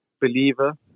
believer